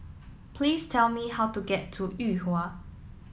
please tell me how to get to Yuhua